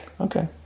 Okay